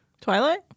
Twilight